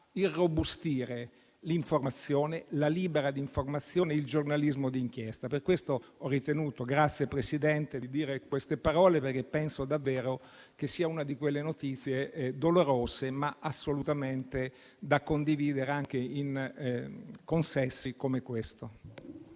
irrobustire la libera informazione e il giornalismo di inchiesta. Per questo ho ritenuto, signora Presidente, di dire queste parole, perché penso davvero che sia una di quelle notizie dolorose, ma assolutamente da condividere anche in consessi come questo.